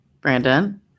Brandon